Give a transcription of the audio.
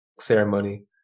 ceremony